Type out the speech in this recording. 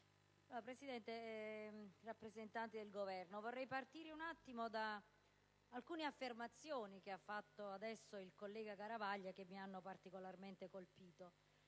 Presidente, rappresentanti del Governo, vorrei partire da alcune affermazioni che ha fatto il collega Garavaglia e che mi hanno particolarmente colpito.